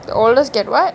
the oldest get what